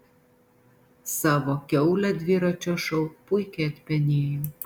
savo kiaulę dviračio šou puikiai atpenėjo